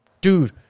dude